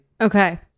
Okay